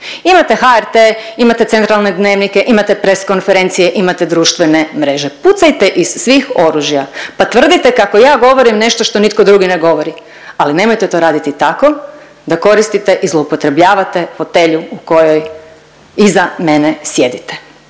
Imate HRT, imate centralne dnevnike, imate press konferencije, imate društvene mreže. Pucajte iz svih oružja, pa tvrdite kako ja govorim nešto što nitko drugi ne govori, ali nemojte to raditi tako da koristite i zloupotrebljavate fotelju u kojoj iza mene sjedite.